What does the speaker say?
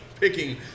picking